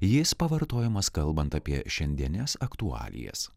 jis pavartojamas kalbant apie šiandienes aktualijas